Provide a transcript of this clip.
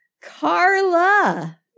Carla